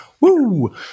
Woo